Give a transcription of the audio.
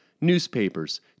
newspapers